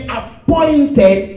appointed